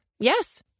Yes